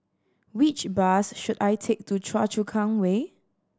which bus should I take to Choa Chu Kang Way